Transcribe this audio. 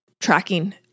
tracking